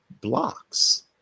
blocks